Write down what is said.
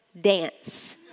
dance